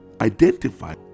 identify